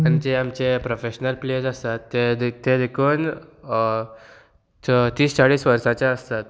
आनी जे आमचे प्रोफेशनल प्लेयर्स आसात ते देख ते देखून तीस चाळीस वर्साचे आसतात